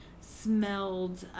smelled